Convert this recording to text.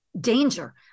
danger